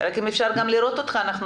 תגיד לנו כבר עכשיו